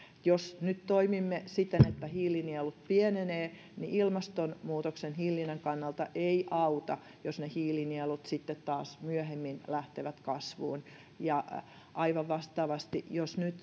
jos nyt toimimme siten että hiilinielut pienenevät niin ilmastonmuutoksen hillinnän kannalta ei auta jos ne hiilinielut sitten taas myöhemmin lähtevät kasvuun ja aivan vastaavasti jos nyt